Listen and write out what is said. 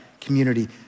community